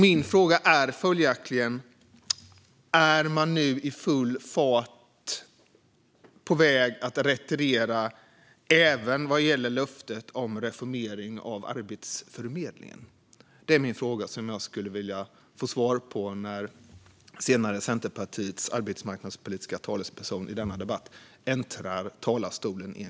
Min fråga är följaktligen om man nu i full fart är på väg att retirera även vad gäller löftet om reformering av Arbetsförmedlingen. Det skulle jag vilja få svar på senare i denna debatt, när Centerpartiets arbetsmarknadspolitiska talesperson äntrar talarstolen.